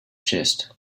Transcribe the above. chest